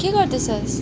के गर्दैछस्